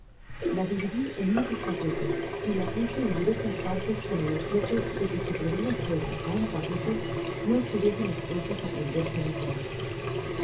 la dividi en muchos paquetes y la puse en diversas partes con el objeto de que si se prendia fuego á un paquete no estuviesen espuestos á prenderse los demas